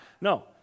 no